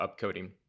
upcoding